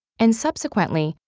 and subsequently,